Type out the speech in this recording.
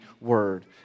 word